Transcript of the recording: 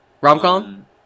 rom-com